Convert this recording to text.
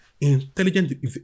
intelligent